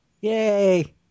Yay